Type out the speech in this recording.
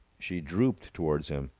she drooped towards him.